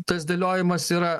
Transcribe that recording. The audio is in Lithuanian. tas dėliojimas yra